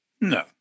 No